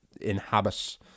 inhabit